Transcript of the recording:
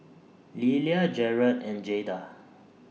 Lelia Jarrett and Jayda